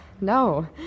No